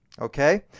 Okay